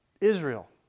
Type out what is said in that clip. Israel